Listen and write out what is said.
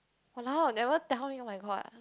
!walao! never tell me oh-my-god